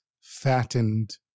fattened